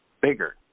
bigger